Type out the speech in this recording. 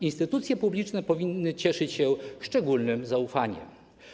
Instytucje publiczne powinny cieszyć się szczególnym zaufaniem.